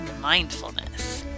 mindfulness